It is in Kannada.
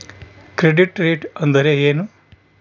ಕ್ರೆಡಿಟ್ ರೇಟ್ ಅಂದರೆ ಏನು?